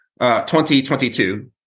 2022